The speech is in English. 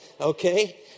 okay